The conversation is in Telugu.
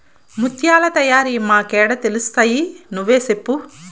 ముత్యాల తయారీ మాకేడ తెలుస్తయి నువ్వే సెప్పు